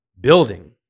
building